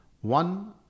One